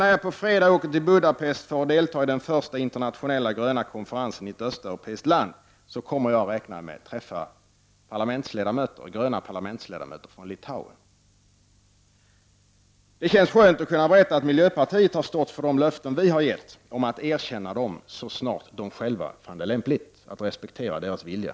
När jag på fredag åker till Budapest för att delta i den första internationella gröna konferensen i ett östeuropeiskt land, räknar jag med att träffa gröna parlamentsledamöter från Litauen. Det känns skönt att kunna berätta för dem att miljöpartiet i Sverige har hållit sitt löfte att erkänna dem så snart de själva funnit det lämpligt att respektera deras vilja.